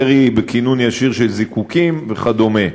ירי בכינון ישיר של זיקוקים וכדומה.